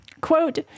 Quote